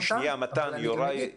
סליחה, אני רוצה להפסיק אותך לרגע.